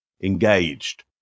engaged